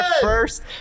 first